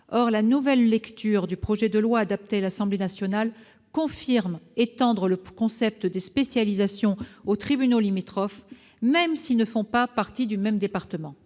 Or la nouvelle lecture du projet de loi adopté à l'Assemblée nationale confirme l'extension du concept de spécialisation aux tribunaux limitrophes, même s'ils ne font pas partie du même département.